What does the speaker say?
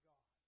God